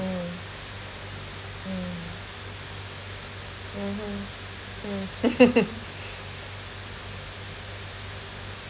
mm mm mmhmm mm